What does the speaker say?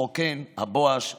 שהתרוקן הבואש במכת"זית.